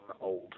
old